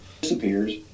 disappears